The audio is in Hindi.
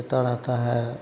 होता रहता है